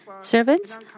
servants